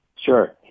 Sure